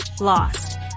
lost